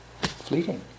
fleeting